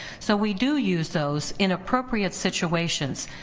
so we do use those in appropriate situations,